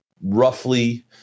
roughly